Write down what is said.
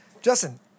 justin